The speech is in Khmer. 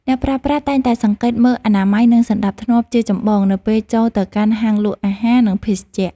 អ្នកប្រើប្រាស់តែងតែសង្កេតមើលអនាម័យ និងសណ្តាប់ធ្នាប់ជាចម្បងនៅពេលចូលទៅកាន់ហាងលក់អាហារ និងភេសជ្ជៈ។